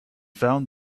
found